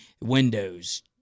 windows